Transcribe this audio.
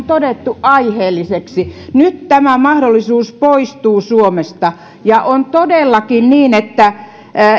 todettu aiheellisiksi nyt tämä mahdollisuus poistuu suomesta ja on todellakin niin että